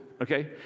okay